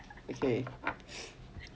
okay